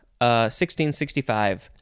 1665